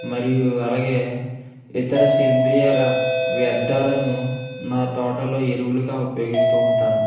మరియు అలాగే ఇతర సేంద్రియల వ్యర్ధాలను నా తోటలో ఎరువులుగా ఉపయోగిస్తూ ఉంటాను